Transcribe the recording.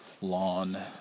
lawn